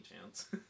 chance